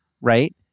Right